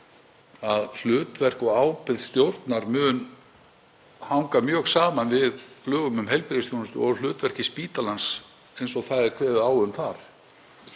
að hlutverk og ábyrgð stjórnar mun hanga mjög saman við lög um heilbrigðisþjónustu og hlutverk spítalans eins og kveðið er á um það